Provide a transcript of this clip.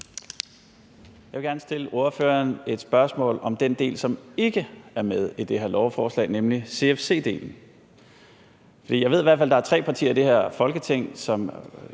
Jeg vil gerne stille ordføreren et spørgsmål om den del, som ikke er med i det her lovforslag, nemlig CFC-delen. For jeg ved i hvert fald, at der er tre partier i det her Folketing, som